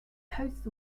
hosts